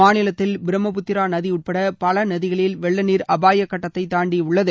மாநிலத்தில் பிரம்மபுத்திரா நதி உட்பட பல நதிகளில் வெள்ளநீர் அபாயக்கட்டத்தை தாண்டி ஒடுகிறது